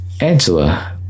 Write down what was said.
Angela